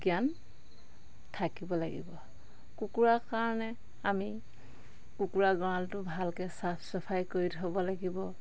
জ্ঞান থাকিব লাগিব কুকুৰাৰ কাৰণে আমি কুকুৰা গঁৰালটো ভালকে চাফ চাফাই কৰি থ'ব লাগিব